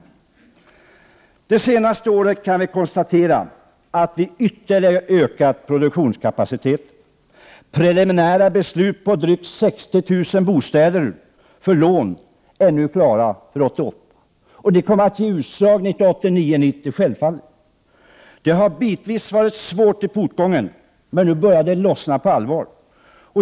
Vi kan konstatera att vi det senaste året har ytterligare ökat produktionskapaciteten. Preliminära beslut för lån till drygt 60 000 bostäder 1988 är nu klara. Detta kommer självfallet att ge utslag 1989 och 1990. Det har bitvis varit svårt i portgången, men nu börjar det att lossna på allvar.